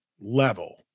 level